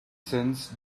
since